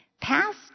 Past